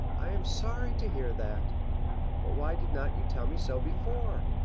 i am sorry to hear that but why did not you tell me so before?